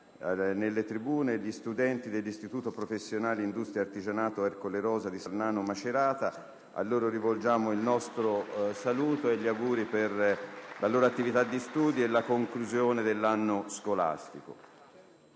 nelle tribune gli studenti dell'Istituto professionale di Stato per l'industria e l'artigianato «Ercole Rosa» di Sarnano (Macerata). A loro rivolgiamo il nostro saluto e gli auguri per la loro attività di studio e la conclusione dell'anno scolastico.